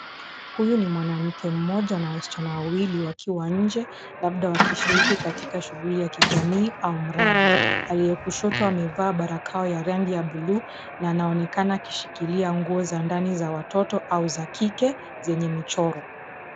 Huyu ni mwanamke mmoja na wasichana wawili wakiwa nje labda wakishirini katika shughulika ya kijamii au mradi. Aliyekushoto amevaa barakoa ya rangi ya bluu na anaonekana akishikilianguo za ndani za watoto au za kike zenye michoro.